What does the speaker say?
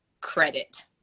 credit